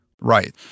Right